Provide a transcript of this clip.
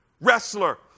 wrestler